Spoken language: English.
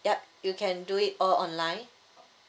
yup you can do it all online